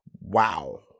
Wow